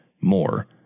more